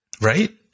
right